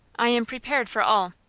i am prepared for all.